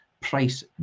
price